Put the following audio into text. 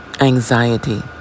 anxiety